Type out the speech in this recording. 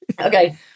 okay